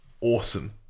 awesome